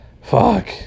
fuck